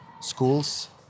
schools